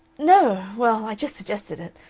no! well, i just suggested it.